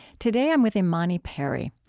today, i'm with imani perry.